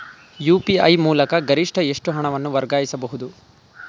UPI ಮೂಲಕ ಗರಿಷ್ಠ ಎಷ್ಟು ಹಣವನ್ನು ವರ್ಗಾಯಿಸಬಹುದು?